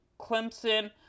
Clemson